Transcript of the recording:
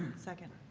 second.